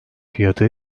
fiyatı